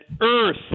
Earth